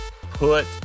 put